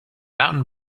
mountain